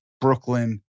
Brooklyn